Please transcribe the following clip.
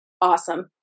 awesome